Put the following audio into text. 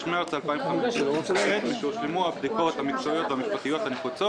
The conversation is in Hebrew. מרץ 2015. משהושלמו הבדיקות המקצועיות והמשפטיות הנחוצות